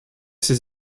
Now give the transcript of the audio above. ses